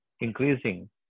increasing